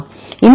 மாணவர்